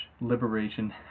liberation